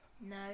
no